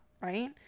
right